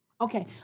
Okay